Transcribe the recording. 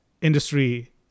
industry